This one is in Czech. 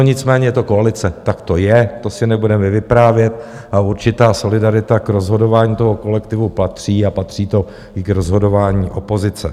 Nicméně je to koalice, tak to je, to si nebudeme vyprávět, a určitá solidarita k rozhodování toho kolektivu patří a patří to i k rozhodování opozice.